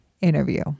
interview